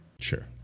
Sure